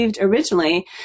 Originally